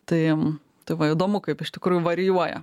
tai tai va įdomu kaip iš tikrųjų varijuoja